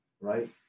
right